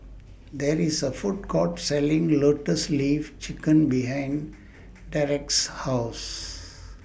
There IS A Food Court Selling Lotus Leaf Chicken behind Derrek's House